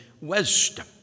wisdom